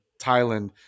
Thailand